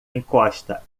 encosta